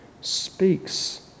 speaks